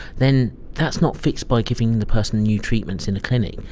then that's not fixed by giving the person new treatments in a clinic,